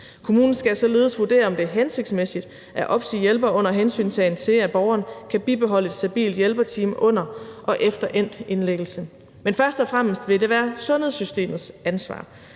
Kommunerne skal således vurdere, om det er hensigtsmæssigt at opsige hjælpere under hensyntagen til, at borgeren kan bibeholde et stabilt hjælperteam under og efter endt indlæggelse. Men først og fremmest vil det være sundhedssystemets ansvar,